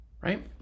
right